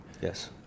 Yes